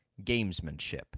gamesmanship